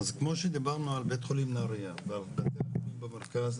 אז כמו שדיברנו על בית חולים נהריה ועל בתי חולים במרכז,